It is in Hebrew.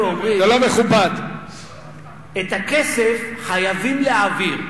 שאת הכסף חייבים להעביר.